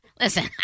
listen